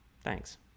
Thanks